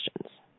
questions